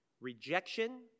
Rejection